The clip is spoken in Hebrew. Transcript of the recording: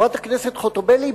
חברת הכנסת חוטובלי,